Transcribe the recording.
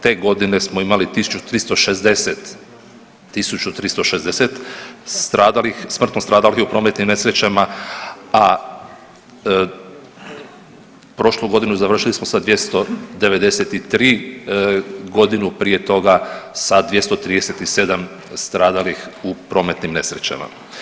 Te godine smo imali 1360 stradalih, smrtno stradalih u prometnim nesrećama, a prošlu godinu završili smo sa 293 godinu prije toga sa 237 stradalih u prometnim nesrećama.